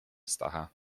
stacha